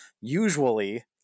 Usually